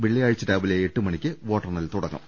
വെള്ളി യാഴ്ച രാവിലെ എട്ടുമണിക്ക് വോട്ടെണ്ണൽ തുടങ്ങും